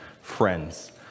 friends